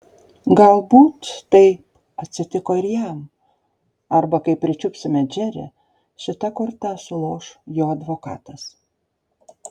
galbūt taip atsitiko ir jam arba kai pričiupsime džerį šita korta suloš jo advokatas